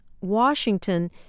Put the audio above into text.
Washington